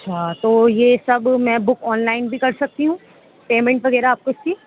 اچھا تو یہ سب میں بک آن لائن بھی کر سکتی ہوں پیمنٹ وغیرہ آپ کو اس کی